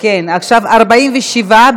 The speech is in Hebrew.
כן, רבותי.